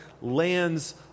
lands